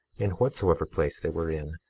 in whatsoever place they were in,